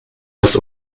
das